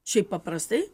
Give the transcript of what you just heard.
šiaip paprastai